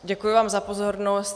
Děkuji vám za pozornost.